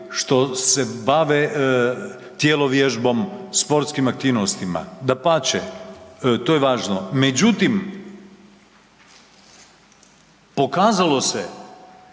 što se bave tjelovježbom, sportskim aktivnostima, dapače, to je važno. Međutim, pokazalo se